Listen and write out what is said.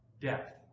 death